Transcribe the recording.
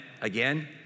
Again